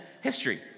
history